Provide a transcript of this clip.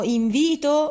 invito